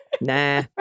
Nah